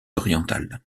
orientale